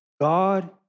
God